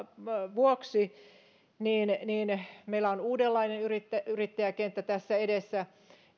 vuoksi meillä on uudenlainen yrittäjäkenttä tässä edessä